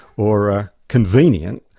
or convenient,